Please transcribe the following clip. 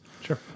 Sure